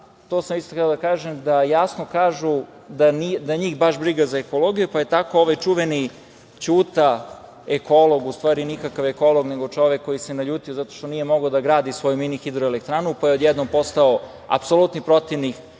to sam isto hteo da kažem, da jasno kažu da njih baš briga za ekologiju, pa je tako ovaj čuveni Ćuta, ekolog, a u stvari nikakav ekolog nego čovek koji se naljutio zato što nije mogao da gradi svoju mini hidroelektranu, pa je odjednom postao apsolutni protivnik